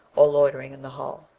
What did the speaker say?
or loitering in the hall.